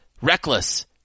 reckless